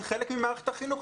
זה חלק ממערכת החינוך,